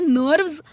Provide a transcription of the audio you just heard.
nerves